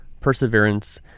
perseverance